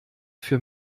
für